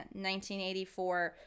1984